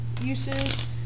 uses